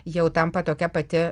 jau tampa tokia pati